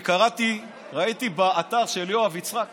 קראתי, ראיתי באתר של יואב יצחק